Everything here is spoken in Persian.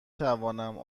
توانم